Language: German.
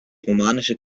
romanische